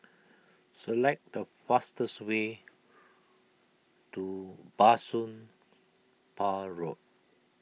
select the fastest way to Bah Soon Pah Road